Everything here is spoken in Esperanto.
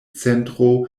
centro